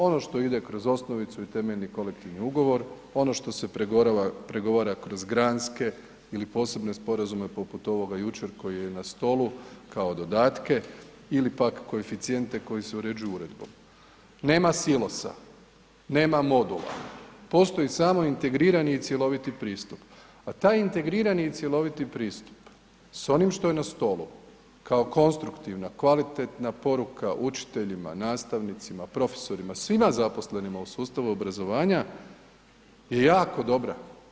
Ono što ide kroz osnovicu i temeljni kolektivni ugovor, ono što se pregovara kroz granske ili posebne sporazume poput ovoga jučer koji je na stolu kao dodatke ili pak koeficijente koji se uređuju uredbom, nema silosa, nema modula, postoji samo integrirani i cjeloviti pristup, a taj integrirani i cjeloviti pristup s onim što je na stolu, kao konstruktivna, kvalitetna poruka učiteljima, nastavnicima, profesorima, svima zaposlenima u sustavu obrazovanja je jako dobra.